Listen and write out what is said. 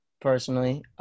Personally